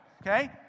Okay